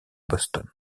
boston